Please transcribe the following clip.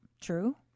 True